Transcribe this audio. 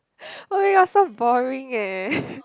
[oh]-my-god so boring eh